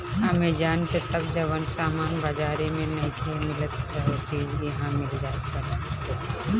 Amazon पे तअ जवन सामान बाजारी में नइखे मिलत उहो चीज इहा मिल जात बाटे